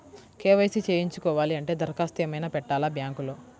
KYC చేయించుకోవాలి అంటే దరఖాస్తు ఏమయినా పెట్టాలా బ్యాంకులో?